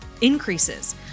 increases